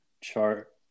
chart